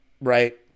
right